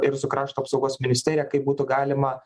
ir su krašto apsaugos ministerija kaip būtų galima